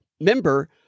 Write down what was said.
member